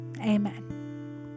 amen